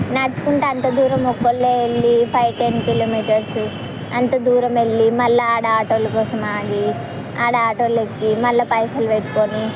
నడుచుకుంటు అంతా దూరము ఒక్కరే వెళ్ళి ఫైవ్ టెన్ కిలోమీటర్స్ అంత దూరం వెళ్ళి మళ్ళా ఆడ ఆటోల కోసం ఆగి ఆడ ఆటోలు ఎక్కి మళ్ళా పైసలు పెట్టుకొని